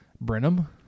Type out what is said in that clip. Brenham